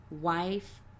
wife